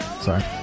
Sorry